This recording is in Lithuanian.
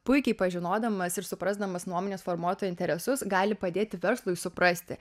puikiai pažinodamas ir suprasdamas nuomonės formuotojų interesus gali padėti verslui suprasti